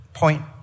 point